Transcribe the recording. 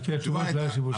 לפי התשובות לא היה שיבוש.